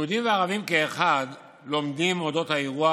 יהודים וערבים כאחד לומדים על אודות האירוע